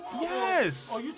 Yes